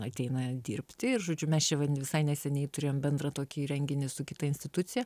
ateina dirbti ir žodžiu mes čia visai neseniai turėjom bendrą tokį renginį su kita institucija